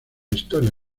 historia